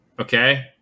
Okay